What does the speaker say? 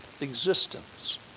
existence